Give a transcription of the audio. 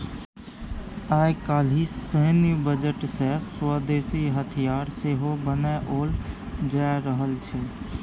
आय काल्हि सैन्य बजट सँ स्वदेशी हथियार सेहो बनाओल जा रहल छै